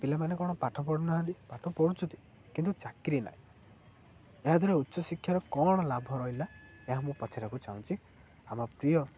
ପିଲାମାନେ କ'ଣ ପାଠ ପଢ଼ୁନାହାନ୍ତି ପାଠ ପଢ଼ୁଛନ୍ତି କିନ୍ତୁ ଚାକିରୀ ନାହିଁ ଏହାଦ୍ୱାରା ଉଚ୍ଚ ଶିକ୍ଷାର କ'ଣ ଲାଭ ରହିଲା ଏହା ମୁଁ ପଛରିବାକୁ ଚାହୁଁଛି ଆମ ପ୍ରିୟ